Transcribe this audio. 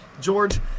George